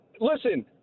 Listen